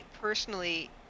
personally